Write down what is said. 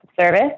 service